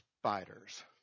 spiders